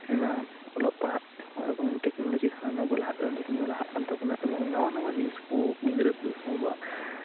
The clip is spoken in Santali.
ᱟᱭᱢᱟ ᱚᱞᱚᱜ ᱯᱟᱲᱦᱟᱜ ᱛᱮᱦᱚᱸ ᱮᱵᱚᱝ ᱴᱮᱠᱱᱳᱞᱚᱡᱤ ᱛᱮᱦᱚᱸ ᱵᱚᱱ ᱞᱟᱦᱟᱜ ᱠᱟᱱᱟ ᱫᱩᱱᱭᱟᱹ ᱦᱚᱸ ᱞᱟᱦᱟᱜ ᱠᱟᱱ ᱛᱟᱵᱚᱱᱟ ᱟᱨ ᱱᱟᱣᱟ ᱱᱟᱣᱟ ᱡᱤᱱᱤᱥ ᱠᱚ ᱜᱤᱫᱽᱨᱟᱹ ᱠᱚ ᱦᱚᱸ ᱥᱮ